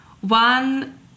one